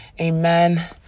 amen